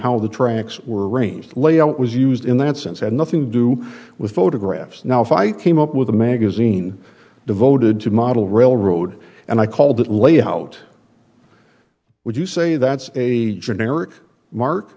how the tracks were arranged layout was used in that sense had nothing to do with photographs now if i came up with a magazine devoted to model railroad and i call that layout would you say that's a generic mark